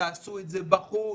תעשו את זה בחוץ,